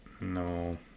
No